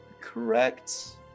correct